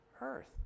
Earth